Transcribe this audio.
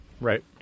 Right